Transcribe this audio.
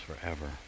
forever